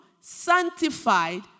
sanctified